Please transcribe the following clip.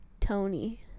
tony